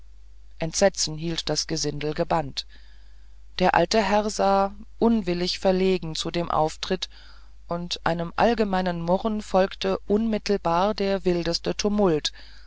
entsetzen hielt das gesindel gebannt der alte herr sah unwillig verlegen zu dem auftritt und einem allgemeinen murren folgte unmittelbar der wildeste tumult